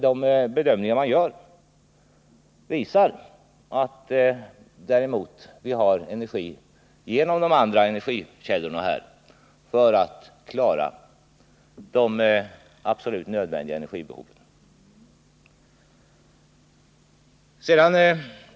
De bedömningar man gjort visar att vi däremot genom de andra energikällorna har tillräckligt med energi för att kunna klara de absolut nödvändiga behoven.